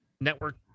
network